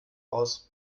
aus